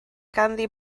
ganddi